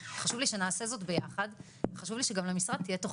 זה הסוגייה המרכזית ואני אשמח שנמשיך יחד עם השיח שקדם לוועדה הזאת,